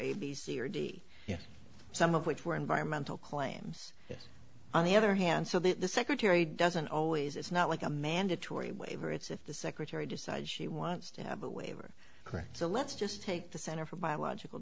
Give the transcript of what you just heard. a b c or d some of which were environmental claims on the other hand so that the secretary doesn't always it's not like a mandatory waiver it's if the secretary decides she wants to have a waiver correct so let's just take the center for biological